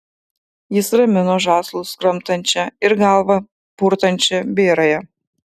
jis ramino žąslus kramtančią ir galvą purtančią bėrąją